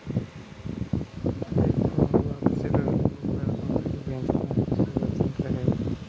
एक पूर्ण वापसी रणनीति पारंपरिक बेंचमार्क से स्वतंत्र हैं